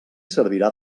servirà